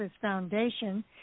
Foundation